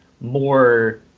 more